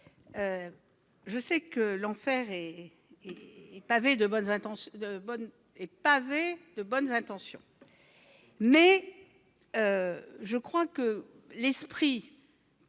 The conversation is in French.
je sais que l'enfer est pavé de bonnes intentions, mais je crois que l'esprit